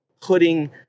putting